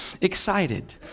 excited